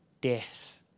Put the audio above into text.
death